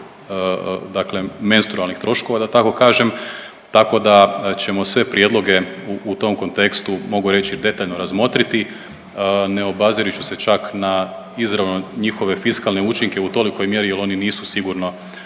troškova menstrualnih troškova, tako da ćemo sve prijedloge u tom kontekstu mogu reći detaljno razmotriti ne obazirući se čak na izravno njihove fiskalne učinke u tolikoj mjeri jer oni nisu sigurno